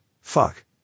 fuck